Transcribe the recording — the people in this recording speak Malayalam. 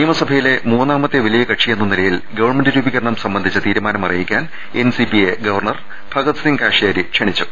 നിയമസഭയിലെ മൂന്നാമത്തെ വലിയക ക്ഷിയെന്ന നിലയിൽ ഗവൺമെന്റ് രൂപീകരണം സംബന്ധിച്ച തീരു മാനം അറിയിക്കാൻ എൻസിപിയെ ഗവർണർ ഭഗത്സിങ്ങ് കാഷാരി ക്ഷണിച്ചു